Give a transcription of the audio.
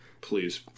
Please